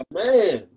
man